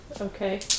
okay